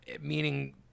meaning